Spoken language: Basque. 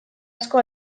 asko